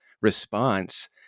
response